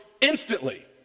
instantly